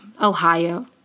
Ohio